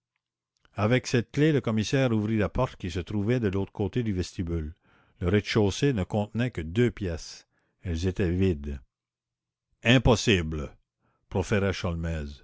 avec cette clef ganimard ouvrit la porte qui se trouvait de l'autre côté du vestibule le rez-de-chaussée ne contenait que deux pièces elles étaient vides